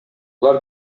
булар